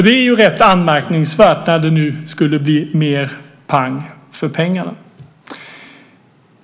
Det är rätt anmärkningsvärt med tanke på att det nu skulle bli mer pang för pengarna.